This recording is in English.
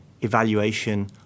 evaluation